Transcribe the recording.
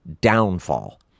downfall